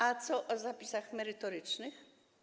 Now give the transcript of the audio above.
A co o zapisach merytorycznych?